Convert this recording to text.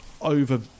over